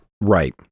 Right